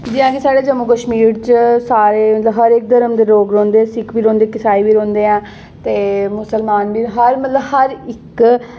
जे असें जम्मू कश्मीर च सारे हर एक धर्म दे लोक रौंह्दे सिक्ख बी रौंह्दे इसाई बी रौंह्दे हैन ते मुस्लमान बी मतलब हर हर इक